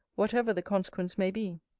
whatever the consequence may be.